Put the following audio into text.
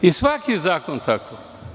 I svaki zakon tako.